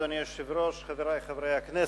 אדוני היושב-ראש, תודה, חברי חברי הכנסת,